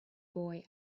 boy